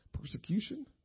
Persecution